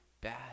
bad